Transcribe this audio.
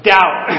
Doubt